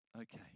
Okay